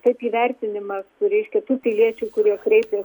kaip įvertinimas kur reiškia tų piliečių kurio kreipė